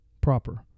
Proper